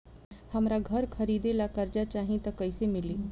हमरा घर खरीदे ला कर्जा चाही त कैसे मिली?